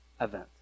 event